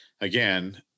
again